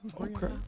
Okay